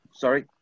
Sorry